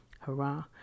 Hurrah